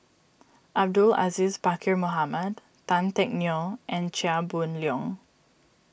Abdul Aziz Pakkeer Mohamed Tan Teck Neo and Chia Boon Leong